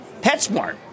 PetSmart